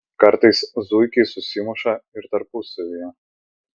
kartais zuikiai susimuša ir tarpusavyje